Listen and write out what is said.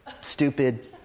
stupid